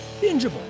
bingeable